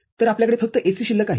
तरआपल्याकडे फक्त AC शिल्लक आहे